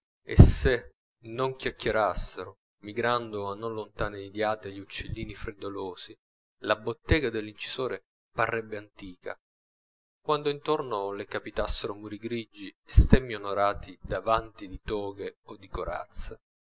e se non chiacchierassero migrando a non lontane nidiate gli uccellini freddolosi la bottega dell'incisore parrebbe antica quando intorno le capitassero muri grigi e stemmi onorati da vanti di toghe o di corazze